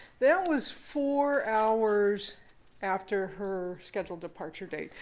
that was four hours after her scheduled departure date.